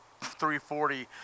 340